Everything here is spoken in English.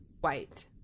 white